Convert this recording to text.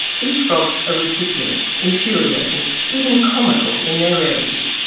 these frogs are ridiculous, infuriating, even comical in their rarity.